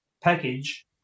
package